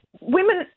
women